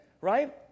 Right